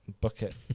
bucket